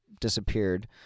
disappeared